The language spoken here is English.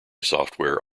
software